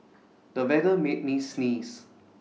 the weather made me sneeze